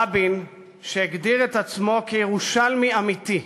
רבין, שהגדיר את עצמו כירושלמי אמיתי,